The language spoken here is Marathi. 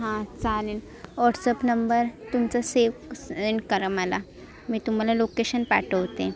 हां चालेल ऑट्सअप नंबर तुमचा सेव क सेंड करा मला मी तुम्हाला लोकेशन पाठवते